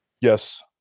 Yes